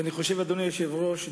אדוני היושב-ראש,